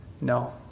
No